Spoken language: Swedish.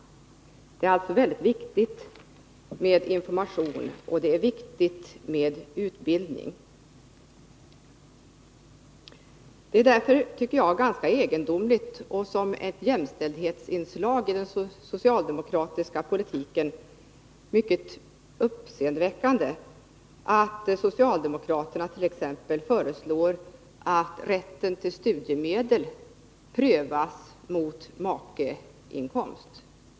Det är alltså viktigt med information om utbildningen. Det är därför ganska egendomligt och, som ett jämställdhetsinslag i den socialdemokratiska politiken, mycket uppseendeväckande att socialdemokraterna föreslår att rätten till studiemedel skall prövas mot makeinkomst.